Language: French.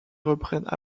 reprennent